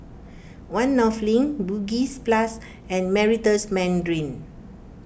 one North Link Bugis Plus and Meritus Mandarin